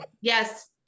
yes